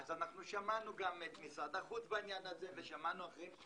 שמענו את משרד החוץ בעניין הזה וגם אחרים.